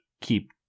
keep